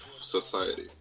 society